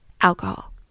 alcohol